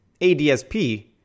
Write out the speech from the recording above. ADSP